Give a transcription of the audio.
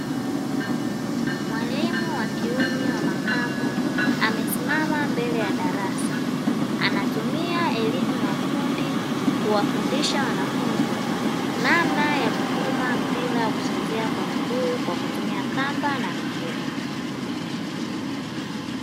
Mwalimu wa kiume wa makamo amesimama mbele ya darasa anatumia elimu ya ufundi kuwafundisha wanafunzi namna ya kufuma mpira wa kuchezea kwa miguu kwa kutumia kamba na mifuko.